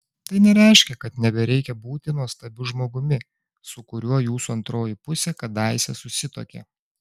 tai nereiškia kad nebereikia būti nuostabiu žmogumi su kuriuo jūsų antroji pusė kadaise susituokė